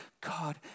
God